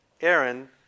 Aaron